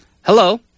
Hello